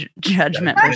judgment